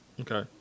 Okay